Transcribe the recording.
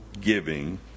giving